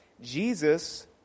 Jesus